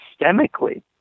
systemically